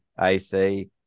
AC